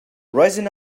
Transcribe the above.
rising